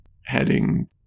heading